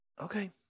okay